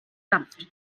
dampft